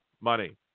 money